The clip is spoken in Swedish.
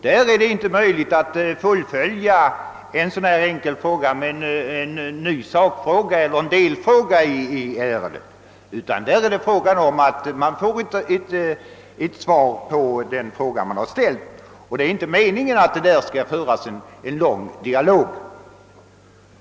Där är det inte möjligt att fullfölja en enkel fråga med en ny sakfråga eller med en delfråga 1 ärendet, utan där lämnas bara svar på den fråga som ställts. Det är inte meningen att det skall föras någon lång dialog.